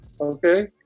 okay